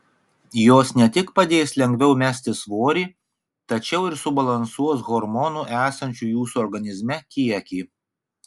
jos ne tik padės lengviau mesti svorį tačiau ir subalansuos hormonų esančių jūsų organizme kiekį